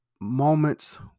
moments